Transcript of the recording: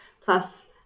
plus